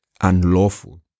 unlawful